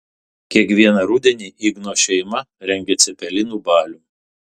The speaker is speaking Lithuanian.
kiekvieną rudenį igno šeima rengia cepelinų balių